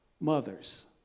mothers